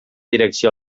direcció